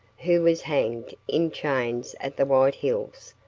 who was hanged in chains at the white hills,